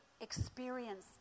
experience